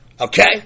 Okay